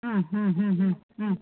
ಹ್ಞೂ ಹ್ಞೂ ಹ್ಞೂ ಹ್ಞೂ ಹ್ಞೂ